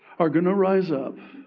are going to rise up